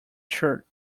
shirt